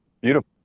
beautiful